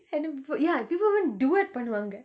and the people ya people even do it பன்னுவாங்க:pannuvanga